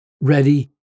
ready